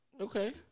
Okay